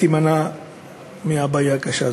תימנע הבעיה הקשה.